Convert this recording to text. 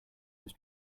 was